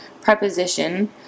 preposition